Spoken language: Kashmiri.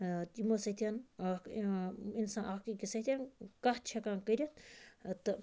یِمو سۭتۍ اکھ اِنسان اکھ أکِس سۭتۍ کتھ چھِ ہیٚکان کٔرِتھ تہٕ